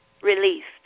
released